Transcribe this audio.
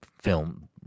film